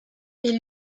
est